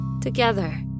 together